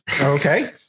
Okay